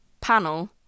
panel